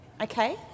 okay